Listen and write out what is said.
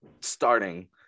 starting